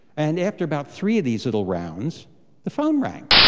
and after about three of these little rounds the phone rang,